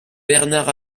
bernard